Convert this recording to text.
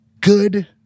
good